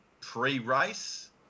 pre-race